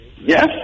Yes